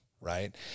right